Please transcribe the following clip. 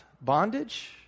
bondage